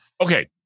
Okay